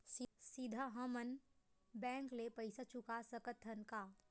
सीधा हम मन बैंक ले पईसा चुका सकत हन का?